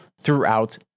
throughout